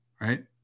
Right